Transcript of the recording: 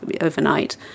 overnight